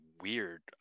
weird